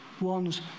ones